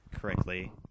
correctly